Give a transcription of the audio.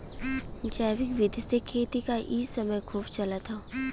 जैविक विधि से खेती क इ समय खूब चलत हौ